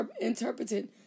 interpreted